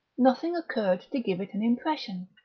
nothing occurred to give it an impression.